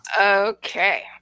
Okay